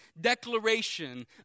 declaration